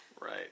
Right